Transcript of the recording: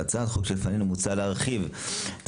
בהצעת החוק שלפנינו מוצע להרחיב את